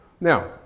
Now